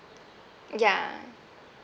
ya